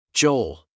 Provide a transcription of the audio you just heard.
Joel